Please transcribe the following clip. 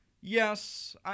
Yes